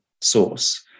source